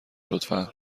لطفا